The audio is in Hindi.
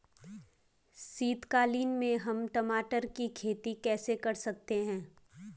शीतकालीन में हम टमाटर की खेती कैसे कर सकते हैं?